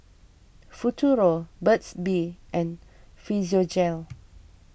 Futuro Burt's Bee and Physiogel